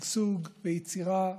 ושגשוג ויצירה והתקדמות.